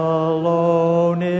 alone